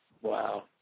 Wow